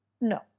No